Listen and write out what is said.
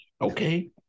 okay